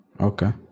Okay